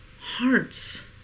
hearts